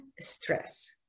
stress